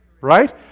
right